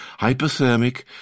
Hypothermic